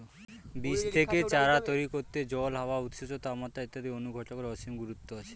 বীজ থেকে চারা তৈরি করতে জল, হাওয়া, উৎসেচক, তাপমাত্রা ইত্যাদি অনুঘটকের অসীম গুরুত্ব আছে